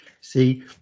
See